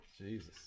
jesus